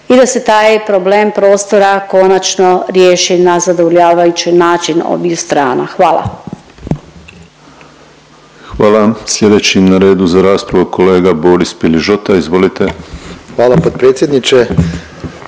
i da se taj problem prostora konačno riješi na zadovoljavajući način obiju strana. Hvala. **Penava, Ivan (DP)** Hvala vam. Slijedeći na redu za raspravu kolega Boris Piližota. Izvolite. **Piližota, Boris